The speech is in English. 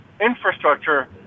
infrastructure